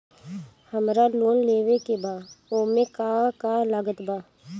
हमरा लोन लेवे के बा ओमे का का लागत बा?